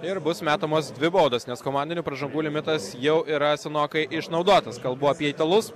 ir bus metamos dvi baudos nes komandinių pražangų limitas jau yra senokai išnaudotas kalbų apie italus